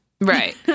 right